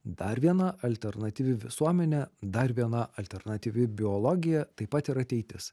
dar viena alternatyvi visuomenė dar viena alternatyvi biologija taip pat ir ateitis